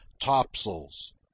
topsails